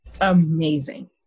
amazing